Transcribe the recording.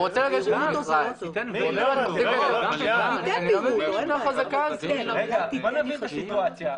בואו נבין את הסיטואציה.